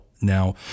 Now